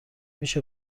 میشه